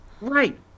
Right